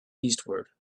eastward